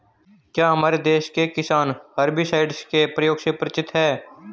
क्या हमारे देश के किसान हर्बिसाइड्स के प्रयोग से परिचित हैं?